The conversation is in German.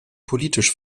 politisch